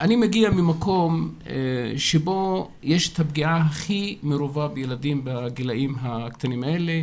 אני מגיע ממקום שבו יש את הפגיעה הכי מרובה בילדים בגילאים הקטנים האלה,